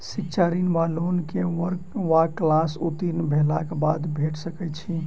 शिक्षा ऋण वा लोन केँ वर्ग वा क्लास उत्तीर्ण भेलाक बाद भेट सकैत छी?